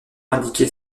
indiqué